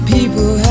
People